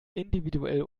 individuell